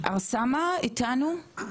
ארסמה איתנו?